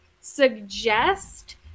suggest